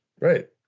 Right